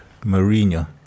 Mourinho